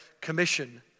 Commission